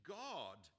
god